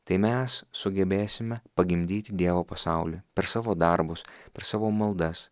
tai mes sugebėsime pagimdyti dievo pasaulį per savo darbus per savo maldas